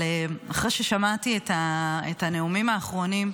אבל אחרי ששמעתי את הנאומים האחרונים,